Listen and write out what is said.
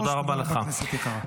תודה רבה, כנסת יקרה.